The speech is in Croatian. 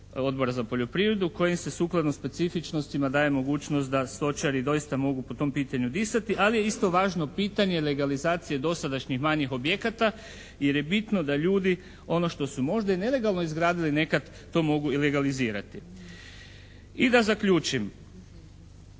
Odbora za poljoprivredu kojim se sukladno specifičnostima daje mogućnost da stočari doista mogu po tom pitanju disati, ali je isto važno pitanje legalizacija dosadašnjih manjih objekata jer je bitno da ljudi ono što su možda i nelegalno izgradili nekad to mogu i legalizirati. I da zaključim,